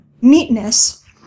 neatness